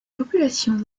populations